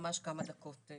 ממש כמה דקות.